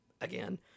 Again